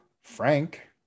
frank